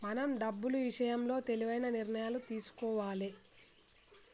మనం డబ్బులు ఇషయంలో తెలివైన నిర్ణయాలను తీసుకోవాలే